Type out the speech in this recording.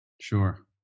Sure